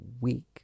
week